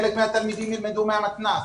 חלק מהתלמידים ילמדו מהמתנ"ס,